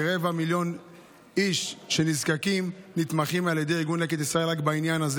כרבע מיליון איש נזקקים נתמכים על ידי ארגון לקט ישראל רק בעניין הזה.